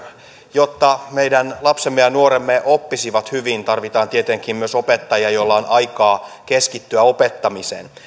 jotta meidän lapsemme ja nuoremme oppisivat hyvin tarvitaan tietenkin myös opettaja jolla on aikaa keskittyä opettamiseen